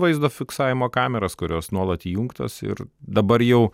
vaizdo fiksavimo kameros kurios nuolat įjungtos ir dabar jau